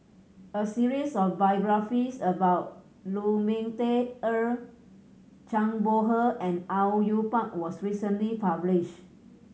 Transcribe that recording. a series of biographies about Lu Ming Teh Earl Zhang Bohe and Au Yue Pak was recently publish